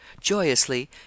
Joyously